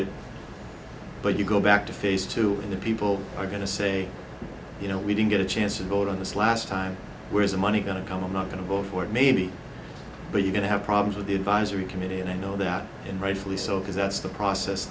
it but you go back to phase two and the people are going to say you know we didn't get a chance to vote on this last time where is the money going to come i'm not going to vote for it maybe but you can have problems with the advisory committee and i know that and rightfully so because that's the process